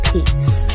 Peace